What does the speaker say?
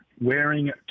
wearing